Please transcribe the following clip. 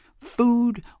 food